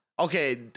Okay